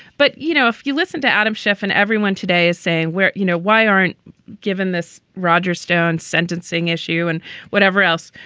but, you know, if you listen to adam schiff and everyone today is saying, well, you know, why aren't given this roger stone sentencing issue and whatever else?